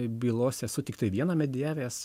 bylose esu tiktai vieną medijavęs